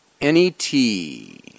N-E-T